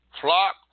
flock